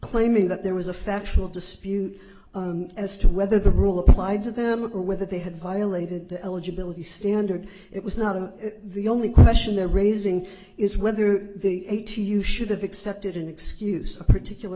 claiming that there was a factual dispute as to whether the rule applied to them or whether they had violated the eligibility standard it was not a the only question they're raising is whether the eighty you should have accepted an excuse a particular